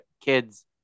kids